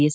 S